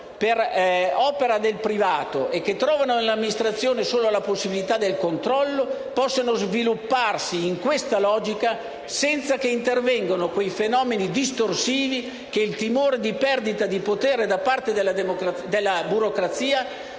per opera del privato, e che trovano nell'amministrazione solo la possibilità del controllo, possono svilupparsi in questa logica, senza che intervengano quei fenomeni distorsivi che il timore di perdita di potere da parte della burocrazia